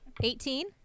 eighteen